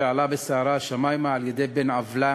עלה בסערה השמימה על-ידי בן עוולה